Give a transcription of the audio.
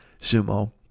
sumo